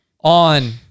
on